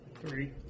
Three